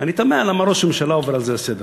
אני תמה, למה ראש הממשלה עובר על זה לסדר-היום?